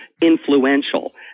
influential